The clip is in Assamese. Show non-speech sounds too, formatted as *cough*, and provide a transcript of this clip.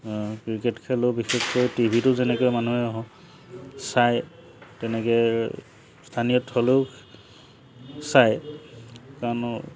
ক্ৰিকেট খেলো বিশেষকৈ টিভিটো যেনেকৈ মানুহে *unintelligible* চায় তেনেকে স্থানীয়ত হ'লেও চায় কাৰণ *unintelligible*